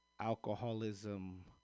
alcoholism